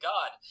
God